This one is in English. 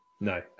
no